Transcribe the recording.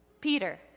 Peter